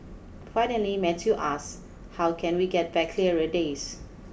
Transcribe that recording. finally Matthew asks how can we get back clearer days